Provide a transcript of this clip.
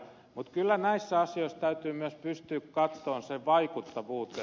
mutta kyllä näissä asioissa täytyy myös pystyä katsomaan sen vaikuttavuuteen